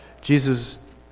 Jesus